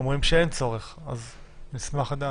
אומרים שאין צורך, אז נשמח לדעת.